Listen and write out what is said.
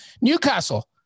Newcastle